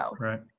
Right